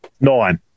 Nine